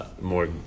more